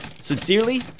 Sincerely